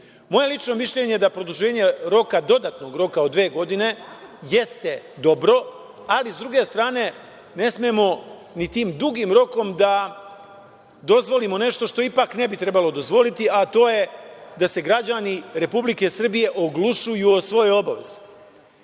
lično mišljenje je da produženje roka, dodatnog roka od dve godine, jeste dobro, ali s druge strane, ne smemo ni tim dugim rokom da dozvolimo nešto što ne bi trebalo dozvoliti, a to je da se građani Republike Srbije oglušuju o svoje